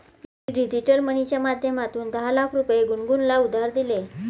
मी digital मनीच्या माध्यमातून दहा लाख रुपये गुनगुनला उधार दिले